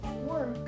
work